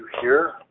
hear